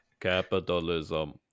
capitalism